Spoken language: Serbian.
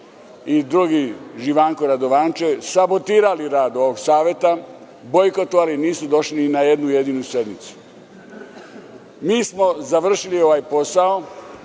i drugi Živanko Radovančev, sabotirali rad ovog saveta i bojkotovali, jer nisu došli ni na jednu jedinu sednicu. Mi smo završili ovaj posao